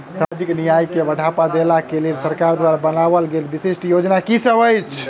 सामाजिक न्याय केँ बढ़ाबा देबा केँ लेल सरकार द्वारा बनावल गेल विशिष्ट योजना की सब अछि?